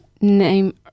Name